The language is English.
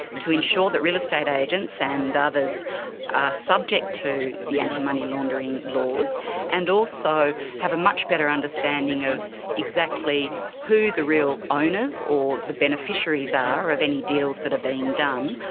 to ensure that real estate agents and others are subject to the anti-money laundering laws and also have a much better understanding of exactly who the real owners or the beneficiaries are of any deals that are being done.